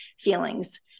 feelings